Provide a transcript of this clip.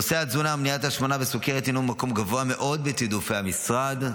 נושא התזונה ומניעת ההשמנה וסוכרת הינו במקום גבוה מאוד בתיעדופי המשרד,